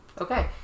Okay